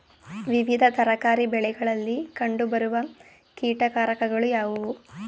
ವಿವಿಧ ತರಕಾರಿ ಬೆಳೆಗಳಲ್ಲಿ ಕಂಡು ಬರುವ ಕೀಟಕಾರಕಗಳು ಯಾವುವು?